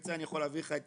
תרצה אני אוכל להביא לך את